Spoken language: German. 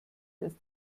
dass